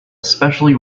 especially